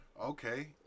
Okay